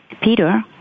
Peter